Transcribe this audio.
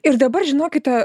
ir dabar žinokite